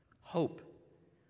Hope